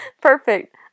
Perfect